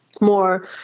more